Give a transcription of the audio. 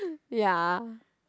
ya